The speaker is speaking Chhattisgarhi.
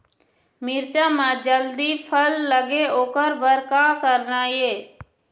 मिरचा म जल्दी फल लगे ओकर बर का करना ये?